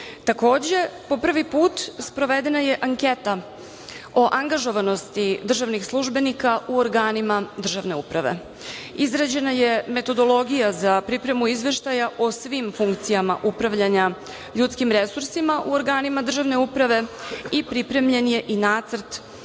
Takođe, po prvi put, sprovedena je anketa o angažovanosti državnih službenika u organima državne uprave. Izrađena je metodologija za pripremu izveštaja o svim funkcijama upravljanja ljudskim resursima u organima državne uprave, i pripremljen je nacrt